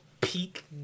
peak